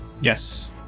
Yes